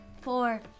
Four